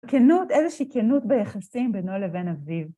כנות, איזושהי כנות ביחסים בינו לבין אביב.